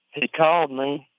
he called me.